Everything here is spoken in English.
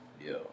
Yo